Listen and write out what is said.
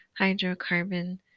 hydrocarbon